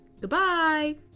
Goodbye